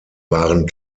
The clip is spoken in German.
wahren